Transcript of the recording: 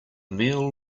meal